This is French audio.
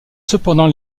cependant